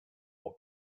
will